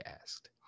asked